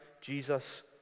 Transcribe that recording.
Jesus